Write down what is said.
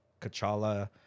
Kachala